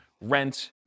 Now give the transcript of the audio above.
rent